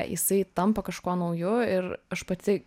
jisai tampa kažkuo nauju ir aš pati